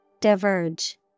diverge